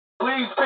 Please